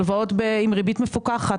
הלוואות עם ריבית מפוקחת.